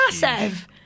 massive